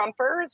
Trumpers